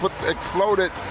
exploded